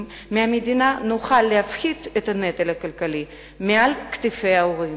מהמדינה נוכל להפחית את הנטל הכלכלי מעל כתפי ההורים.